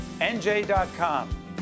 NJ.com